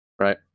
right